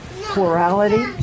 plurality